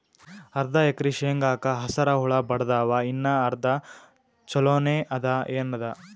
ಅರ್ಧ ಎಕರಿ ಶೇಂಗಾಕ ಹಸರ ಹುಳ ಬಡದಾವ, ಇನ್ನಾ ಅರ್ಧ ಛೊಲೋನೆ ಅದ, ಏನದು?